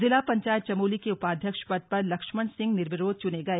जिला पंचायत चमोली के उपाध्यक्ष पद पर लक्षमण सिंह निर्विरोध चुने गए